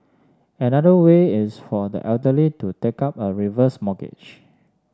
another way is for the elderly to take up a reverse mortgage